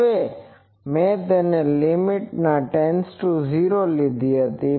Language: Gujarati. હવે મેં તે લીમીટ ટેન્ડસ ટુ 0 લીધી છે